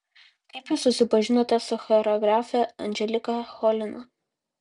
kaip jūs susipažinote su choreografe anželika cholina